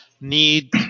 need